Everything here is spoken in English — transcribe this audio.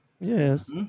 Yes